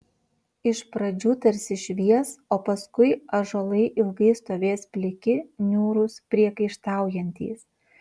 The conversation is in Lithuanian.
iš pradžių tarsi švies o paskui ąžuolai ilgai stovės pliki niūrūs priekaištaujantys